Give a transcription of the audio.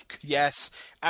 Yes